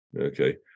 okay